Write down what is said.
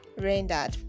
rendered